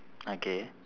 okay